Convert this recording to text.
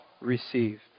received